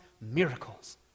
miracles